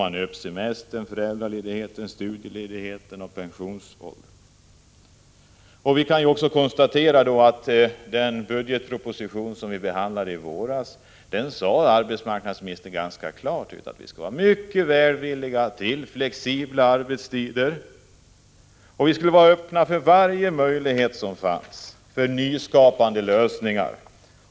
Man för då fram förlängning av semestern och förbättring av föräldraledighe Vi kan också konstatera att arbetsmarknadsministern i den budgetproposition som vi behandlade i våras sade att regeringen ställde sig mycket välvillig till flexibla arbetstider och skulle vara öppen för varje möjlighet till nyskapande lösningar.